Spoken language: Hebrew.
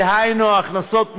דהיינו ההכנסות ממסים,